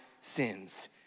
sins